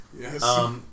Yes